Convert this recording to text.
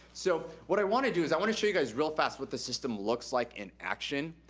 so what i wanna do is i wanna show you guys real fast what this system looks like in action.